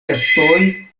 esceptoj